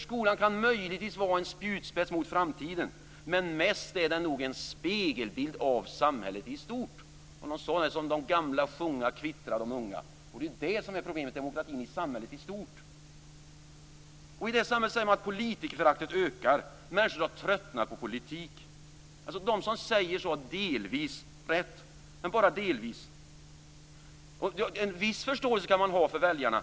Skolan kan möjligtvis vara en spjutspets mot framtiden, men mest är den nog en spegelbild av samhället i stort. Ett talesätt säger: Som de gamla sjunga kvittra de unga. Det är demokratin i samhället i stort som är problemet. I det sammanhanget säger man att politikerföraktet ökar, människor har tröttnat på politik. De som säger så har delvis rätt, men bara delvis. En viss förståelse kan man ha för väljarna.